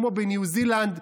כמו בניו זילנד,